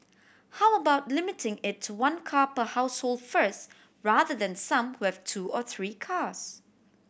how about limiting it to one car per household first rather than some who have two or three cars